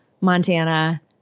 Montana